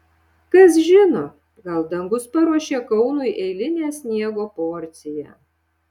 kas žino gal dangus paruošė kaunui eilinę sniego porciją